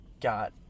got